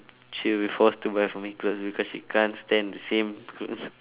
she'll be forced to buy for me clothes because she can't stand the same clothes